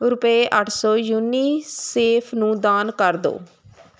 ਰੁਪਏ ਅੱਠ ਸੋ ਯੂਨੀਸੇਫ ਨੂੰ ਦਾਨ ਕਰ ਦੋ